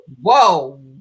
Whoa